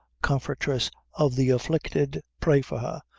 comfortress of the afflicted, pray for her!